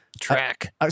track